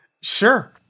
Sure